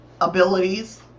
abilities